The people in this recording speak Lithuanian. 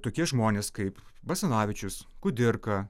tokie žmonės kaip basanavičius kudirka